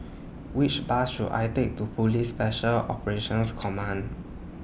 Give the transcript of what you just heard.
Which Bus should I Take to Police Special Operations Command